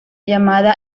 llamada